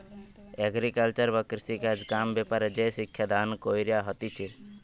agriculture বা কৃষিকাজ কাম ব্যাপারে যে শিক্ষা দান কইরা হতিছে